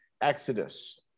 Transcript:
Exodus